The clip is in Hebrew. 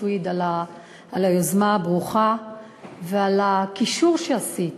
סויד על היוזמה הברוכה ועל הקישור שעשית